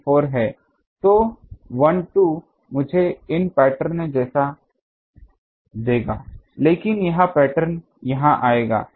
तो 1 2 मुझे इन जैसे पैटर्न देगा लेकिन यह पैटर्न यहां आएगा